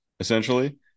Essentially